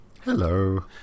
Hello